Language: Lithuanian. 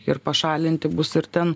ir pašalinti bus ir ten